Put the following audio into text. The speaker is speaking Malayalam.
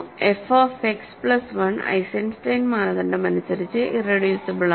F of x plus 1 Eisenstein മാനദണ്ഡം അനുസരിച്ച് ഇറെഡ്യൂസിബിൾ ആണ്